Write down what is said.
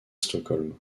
stockholm